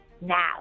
now